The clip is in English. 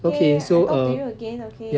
okay I talk to you again okay